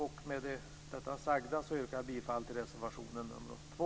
Med det sagda yrkar jag bifall till reservation 2.